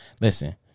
Listen